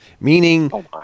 meaning